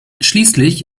schließlich